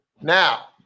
Now